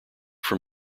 from